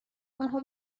آنها